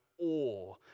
awe